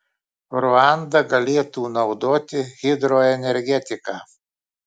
ruanda galėtų naudoti hidroenergetiką